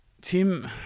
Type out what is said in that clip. Tim